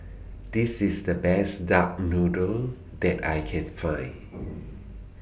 This IS The Best Duck Noodle that I Can Find